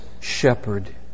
shepherd